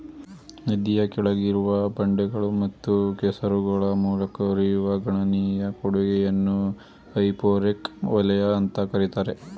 ನದಿಯ ಕೆಳಗಿರುವ ಬಂಡೆಗಳು ಮತ್ತು ಕೆಸರುಗಳ ಮೂಲಕ ಹರಿಯುವ ಗಣನೀಯ ಕೊಡುಗೆಯನ್ನ ಹೈಪೋರೆಕ್ ವಲಯ ಅಂತ ಕರೀತಾರೆ